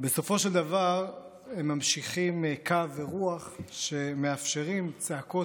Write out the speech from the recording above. בסופו של דבר הם ממשיכים קו ורוח שמאפשרים צעקות